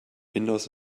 windows